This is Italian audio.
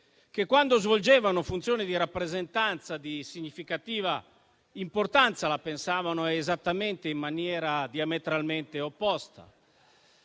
che, quando svolgevano funzioni di rappresentanza di significativa importanza, la pensavano in maniera diametralmente opposta.